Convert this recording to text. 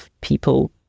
people